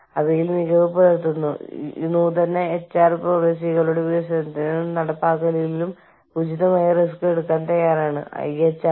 കൂടാതെ ധാർമ്മികമായ സമ്പൂർണ്ണ സംസ്കാരമുള്ള ഒരു കമ്പനി അവിടെ നൈതിക ആപേക്ഷികവാദത്തിന് കേവലവാദത്തേക്കാൾ മുൻഗണന നൽകുന്ന ഒരു പരിതസ്ഥിതിയിൽ സ്വയം കണ്ടെത്തുകയാണെങ്കിൽ